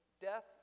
death